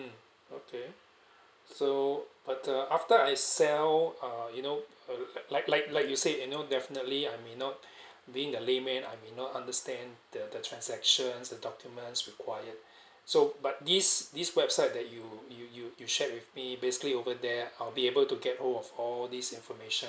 mm okay so but uh after I sell uh you know uh like like like like you say you know definitely I may not being the lay man I may not understand the the transactions the documents required so but this this website that you you you shared with me basically over there I'll be able to get whole of all this information